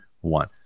one